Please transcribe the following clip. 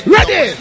Ready